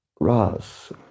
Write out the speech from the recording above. ras